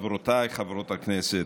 חברותיי חברות הכנסת,